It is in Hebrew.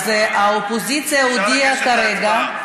אז האופוזיציה הודיעה כרגע.